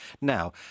now